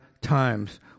times